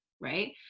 right